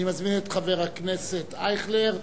אני מזמין את חבר הכנסת ישראל אייכלר,